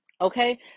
okay